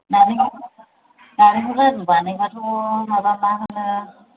नारेंखल लारु बानायबाथ' माबा मा होनो